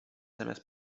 zamiast